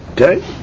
Okay